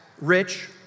Rich